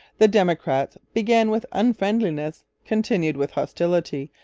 the democrats began with unfriendliness, continued with hostility,